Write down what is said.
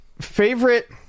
favorite